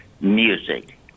music